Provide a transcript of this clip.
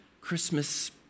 Christmas